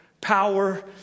power